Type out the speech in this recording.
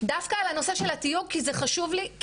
דווקא על הנושא של התיוג כי זה חשוב לי.